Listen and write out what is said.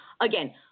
Again